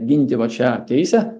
ginti vat šią teisę